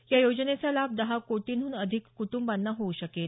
या योजनेचा लाभ दहा कोटींहून अधिक कुटुंबांना होऊ शकेल